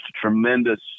tremendous